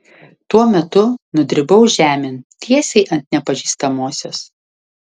tuo metu nudribau žemėn tiesiai ant nepažįstamosios